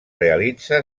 realitza